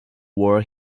war